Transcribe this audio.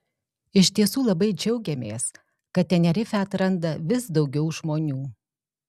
iš tiesų labai džiaugiamės kad tenerifę atranda vis daugiau žmonių